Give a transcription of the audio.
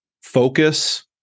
focus